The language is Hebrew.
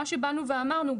מה שבאנו ואמרנו,